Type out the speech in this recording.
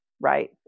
right